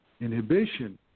inhibition